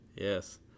Yes